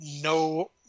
no